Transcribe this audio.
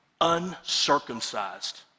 uncircumcised